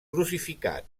crucificat